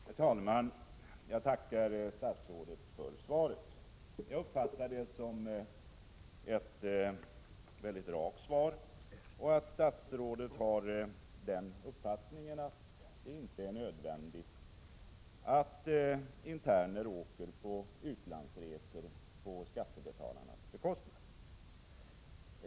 Herr talman! Jag tackar statsrådet för svaret. Jag uppfattar det som ett väldigt rakt svar. Jag uppfattar det också som att statsrådet har uppfattningen att det inte är nödvändigt att interner åker på utlandsresor på skattebetalarnas bekostnad.